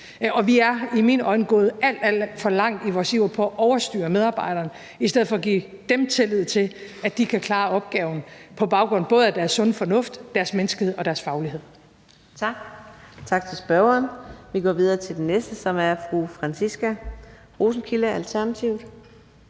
Og vi er i mine øjne gået alt, alt for langt i vores iver efter at overstyre medarbejderne i stedet for at give dem tillid til, at de kan klare opgaven på baggrund af både deres sunde fornuft, deres menneskelighed og deres faglighed.